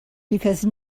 because